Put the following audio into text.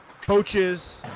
coaches